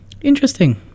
Interesting